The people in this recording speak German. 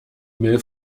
mail